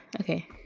Okay